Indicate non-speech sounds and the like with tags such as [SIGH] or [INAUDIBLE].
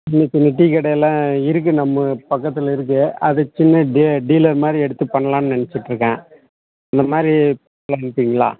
சின்னச் சின்ன டீக்கடைல்லாம் இருக்குது நம்ம பக்கத்தில் இருக்குது அது சின்ன டீ டீலர் மாதிரி எடுத்துப் பண்ணலான்னு நெனைச்சிட்ருக்கேன் இந்த மாதிரி [UNINTELLIGIBLE] கொடுப்பீங்களா